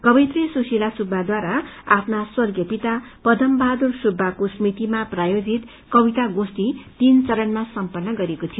कवयित्री सुशिला सुब्बाद्वारा आफ्ना स्वर्गीय पिता पदम बहादुर सुब्बाको स्मृतिमा प्रायोजित कविता गोष्ठी तीन चरणमा सम्पन्न गरिएको थियो